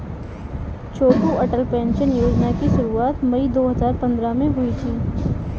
छोटू Atal pension योजना की शुरुआत मई दो हज़ार पंद्रह में हुई थी